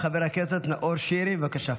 חבר הכנסת נאור שירי, בבקשה.